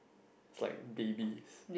it's like babies